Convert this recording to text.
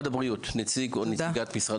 נציג או נציגת משרד